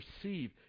perceive